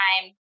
time